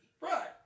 Right